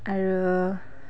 আৰু